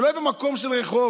שלא יהיה במקום של רחוב.